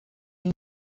rain